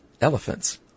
Elephants